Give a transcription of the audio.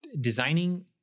designing